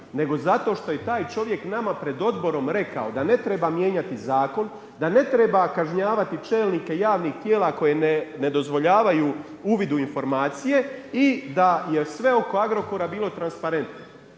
nego zato što je taj čovjek nama pred odborom rekao da ne treba mijenjati zakon, da ne treba kažnjavati čelnike javnih tijela koje ne dozvoljavaju uvid u informacije i da je sve oko Agrokora bilo transparentno.